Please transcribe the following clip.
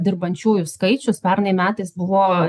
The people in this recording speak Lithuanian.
dirbančiųjų skaičius pernai metais buvo